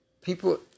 people